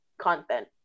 content